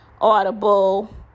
Audible